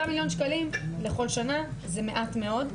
זה 5 מיליון שקלים לכל שנה, זה מעט מאוד.